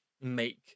make